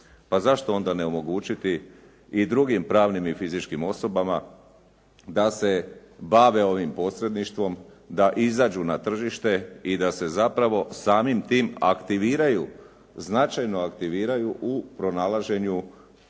Pa zašto onda ne omogućiti i drugim pravnim i fizičkim osobama da se bave ovim posredništvom, da izađu na tržište i da se zapravo samim tim aktiviraju, značajno aktiviraju u pronalaženju